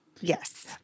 Yes